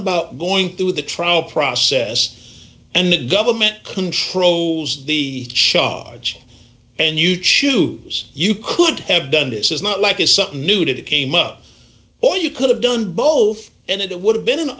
about going through the trial process and the government controls the charge and you choose you could have done this is not like is something new to that came up or you could have done both and it would have been an